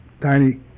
tiny